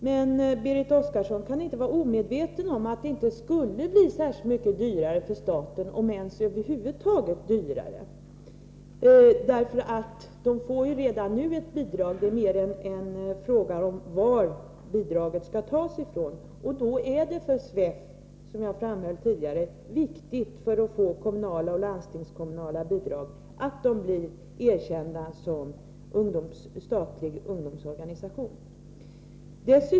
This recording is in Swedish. Men Berit Oscarsson kan inte vara omedveten om att det inte skulle bli särskilt mycket dyrare för staten — om ens något dyrare alls. Förbundet får ju redan nu ett bidrag. Det är mera en fråga om varifrån bidraget skall tas. För att få kommunala och landstingskommunala bidrag är det viktigt för SFEF att bli erkänd såsom en statlig ungdomsorganisation.